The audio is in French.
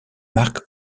mark